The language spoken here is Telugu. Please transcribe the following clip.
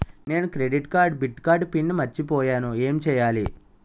నేను క్రెడిట్ కార్డ్డెబిట్ కార్డ్ పిన్ మర్చిపోయేను ఎం చెయ్యాలి?